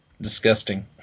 disgusting